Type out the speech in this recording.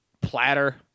platter